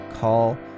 call